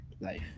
life